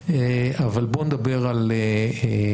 אבל בואו נדבר על התכניות.